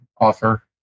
offer